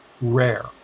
rare